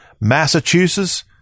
Massachusetts